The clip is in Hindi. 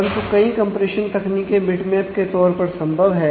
परंतु कई कंप्रेशन के तौर पर संभव है